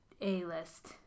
A-list